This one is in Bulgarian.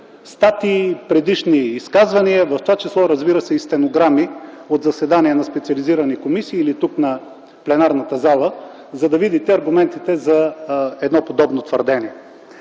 статии, предишни изказвания, в т.ч. разбира се и стенограми от заседания на специализирани комисии или тук в пленарната зала, за да видите аргументите за едно подобно твърдение.